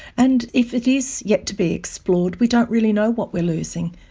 and if it is yet to be explored, we don't really know what we are losing.